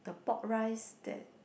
the pork rice that